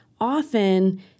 Often